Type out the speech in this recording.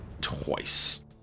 twice